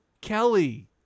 Kelly